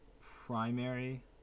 primary